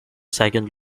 second